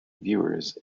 viewers